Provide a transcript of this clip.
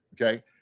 Okay